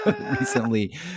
recently